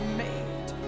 made